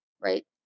right